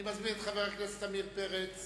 אני מזמין את חבר הכנסת עמיר פרץ.